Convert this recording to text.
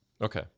Okay